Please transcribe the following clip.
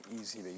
easy